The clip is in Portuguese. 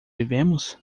vivemos